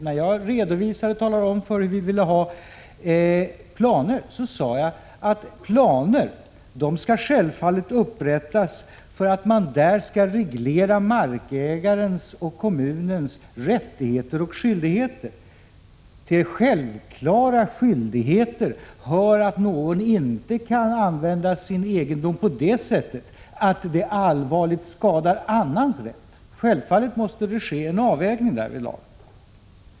När jag redovisade för hur vi ville ha planer sade jag att planer självfallet skall upprättas därför att man där skall reglera markägarens och kommunens rättigheter och skyldigheter. Till de självklara skyldigheterna hör att någon inte får använda sin egendom på så sätt att det allvarligt skadar annans rätt. Självfallet måste det ske en avvägning därvidlag.